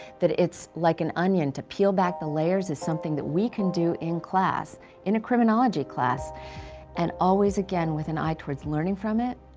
that it's like an onion to peel back the layers is something that we can do in class in a criminology class and always again with an eye towards learning from it.